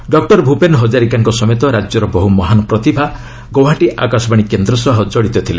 doctor Bhupen ହଜାରିକାଙ୍କ ସମେତ ରାଜ୍ୟର ବହୁ ମହାନ୍ ପ୍ରତିଭା ଗୌହାଟୀ ଆକାଶବାଶୀ କେନ୍ଦ୍ର ସହ ଜଡ଼ିତ ଥିଲେ